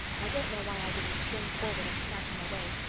i don't know why i didn't spring forward and snatch him away.